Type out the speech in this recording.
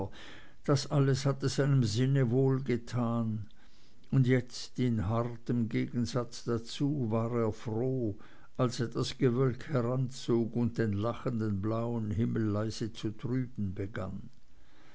das alles hatte seinem sinne wohlgetan und jetzt in hartem gegensatz dazu war er froh als etwas gewölk heranzog und den lachenden blauen himmel leise zu trüben begann